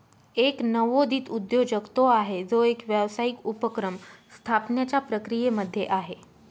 एक नवोदित उद्योजक तो आहे, जो एक व्यावसायिक उपक्रम स्थापण्याच्या प्रक्रियेमध्ये आहे